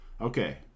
Okay